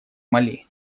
мали